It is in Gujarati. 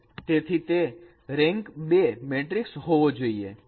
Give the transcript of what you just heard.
તેથી તે રેન્ક 2 મેટ્રિક હોવો જોઈએ